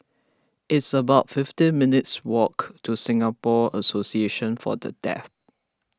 it's about fifty minutes' walk to Singapore Association for the Deaf